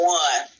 one